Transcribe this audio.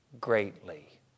greatly